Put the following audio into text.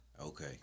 Okay